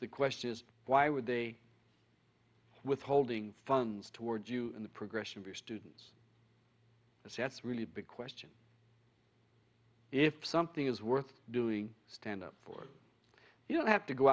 the question is why would they withholding funds towards you in the progression of your students as that's really big question if something is worth doing stand up for you don't have to go